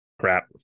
crap